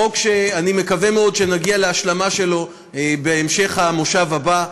חוק שאני מקווה מאוד שנגיע להשלמה שלו בהמשך המושב הבא,